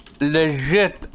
Legit